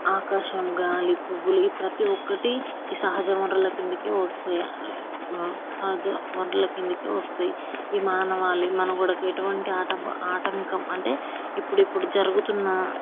ఆకాశం గాలి పువ్వులు ఈ ప్రతీ ఒక్కటి ఈ సహజ వనరుల కిందకే వస్తాయి సహజ వనరుల కిందికే వస్తాయి ఈ మానవాళి మనుగడకు ఎటువంటి ఆటంకం ఆటంకం అంటే ఇప్పుడిప్పుడు జరుగుతున్న